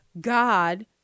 God